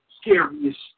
scariest